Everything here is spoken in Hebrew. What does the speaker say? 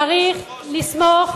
צריך לסמוך